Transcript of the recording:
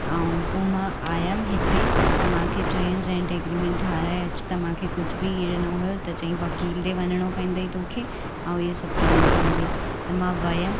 ऐं पोइ मां आहियमि हिते त मूंखे चयुनि रेंट एग्रीमेंट ठाहिराए अचु त मांखे कुझ बि इहो न हुओ त चईं वकील ॾिए वञिणो पवंदे तोखे ऐं इहे सभु करिणो पवंदे त मां वयमि